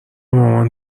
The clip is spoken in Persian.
مامان